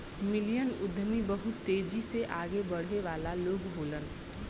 million उद्यमी बहुत तेजी से आगे बढ़े वाला लोग होलन